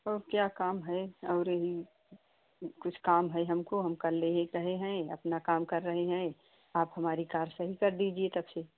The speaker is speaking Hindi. और क्या काम है और यही कुछ काम है हमको हम कर ले ही कहे हैं अपना काम कर रहें हैं आप हमारी कार सही कर दीजिए तब से